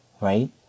right